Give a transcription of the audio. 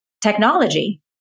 technology